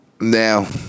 now